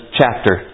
chapter